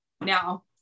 now